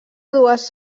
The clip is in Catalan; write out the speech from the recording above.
dues